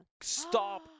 Stop